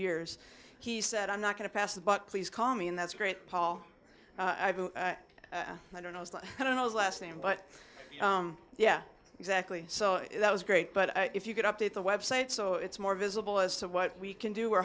years he said i'm not going to pass the buck please call me and that's great paul i don't know it's like i don't know his last name but yeah exactly so that was great but if you could update the website so it's more visible as to what we can do or